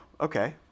okay